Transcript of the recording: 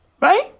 right